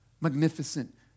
magnificent